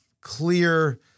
clear –